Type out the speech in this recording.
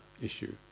issue